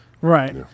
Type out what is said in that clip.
right